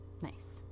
Nice